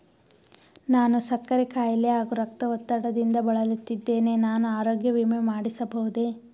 ನಾನು ಸಕ್ಕರೆ ಖಾಯಿಲೆ ಹಾಗೂ ರಕ್ತದ ಒತ್ತಡದಿಂದ ಬಳಲುತ್ತಿದ್ದೇನೆ ನಾನು ಆರೋಗ್ಯ ವಿಮೆ ಮಾಡಿಸಬಹುದೇ?